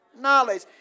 Knowledge